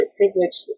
privilege